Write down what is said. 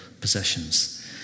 possessions